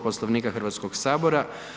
Poslovnika Hrvatskog sabora.